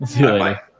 Bye